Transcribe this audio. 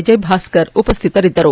ವಿಜಯಭಾಸ್ಕರ್ ಉಪಸ್ಥಿತರಿದ್ದರು